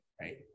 right